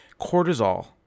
Cortisol